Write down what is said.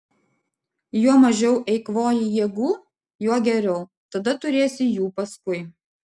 juo mažiau eikvoji jėgų juo geriau tada turėsi jų paskui